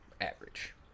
average